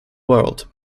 world